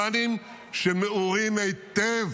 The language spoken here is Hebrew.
-- והאמריקנים, שמעורים היטב